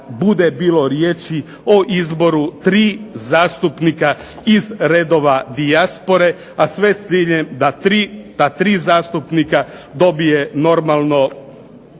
bude bilo riječi o izboru tri zastupnika iz redova dijaspore, a sve s ciljem da 3 zastupnika dobije normalno